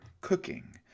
cooking